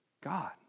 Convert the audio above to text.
God